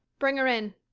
bring her in.